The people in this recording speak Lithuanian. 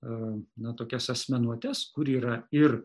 na tokias asmenuotes kur yra ir